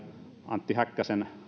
antti häkkäsen